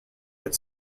but